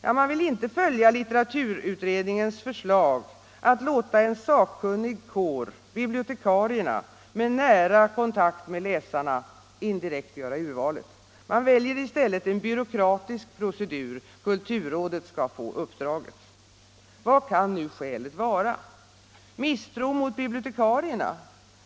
Ja, man vill inte följa litteraturutredningens förslag att låta en sakkunnig kår — bibliotekarierna — med nära kontakt med läsarna indirekt göra urvalet. Man väljer i stället en byråkratisk procedur: kulturrådet skall få uppdraget. Vad kan nu skälet vara? Misstro mot bibliotekarierna?